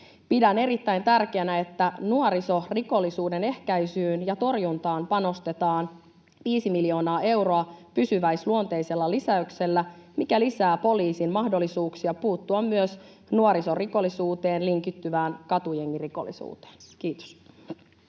Pidän erittäin tärkeänä, että nuorisorikollisuuden ehkäisyyn ja torjuntaan panostetaan viisi miljoonaa euroa pysyväisluonteisella lisäyksellä, mikä lisää poliisin mahdollisuuksia puuttua myös nuorisorikollisuuteen linkittyvään katujengirikollisuuteen. — Kiitos.